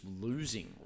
losing